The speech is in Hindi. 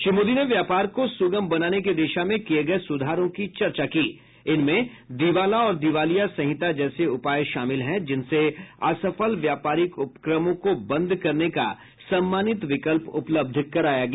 श्री मोदी ने व्यापार को सुगम बनाने की दिशा में किये गये सुधारों की चर्चा की इनमें दिवाला और दिवालियां संहिता जैसे उपाय शामिल हैं जिनसे असफल व्यापारिक उपक्रमों को बंद करने का सम्मानित विकल्प उपलब्ध कराया गया